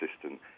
assistant